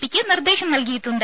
പിക്ക് നിർദ്ദേശം നൽകിയിട്ടുണ്ട്